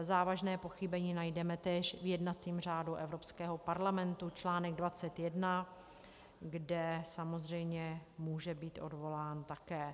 Závažné pochybení najdeme též v jednacím řádu Evropského parlamentu, článek 21, kde samozřejmě může být odvolán také.